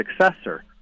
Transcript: successor